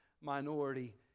minority